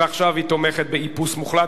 ועכשיו היא תומכת באיפוס מוחלט.